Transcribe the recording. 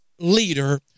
leader